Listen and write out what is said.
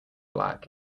black